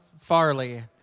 Farley